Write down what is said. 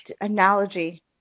analogy